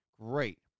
Great